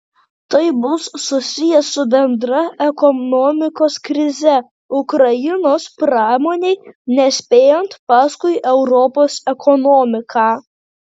tai bus susiję su bendra ekonomikos krize ukrainos pramonei nespėjant paskui europos ekonomiką